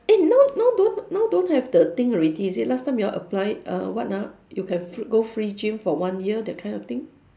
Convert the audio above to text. eh now now don't now don't have the thing already is it last time you all apply err what ah you can fr~ go free gym for one year that kind of thing